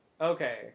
okay